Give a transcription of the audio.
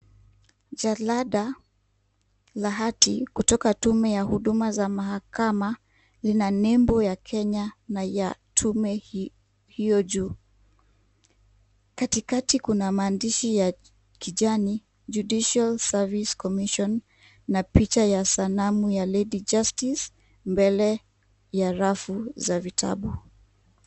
Jalada la hati kutoka tume ya huduma za mahakama lina nembo ya Kenya na ya tume hiyo juu. Katikati kuna maandishi ya kijani, Judicial Service Commission na picha ya sanamu ya lady justice mbele ya rafu za vitabu.